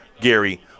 Gary